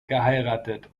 geheiratet